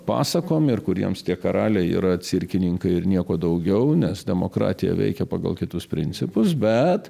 pasakom ir kuriems tie karaliai yra cirkininkai ir nieko daugiau nes demokratija veikia pagal kitus principus bet